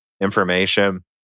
information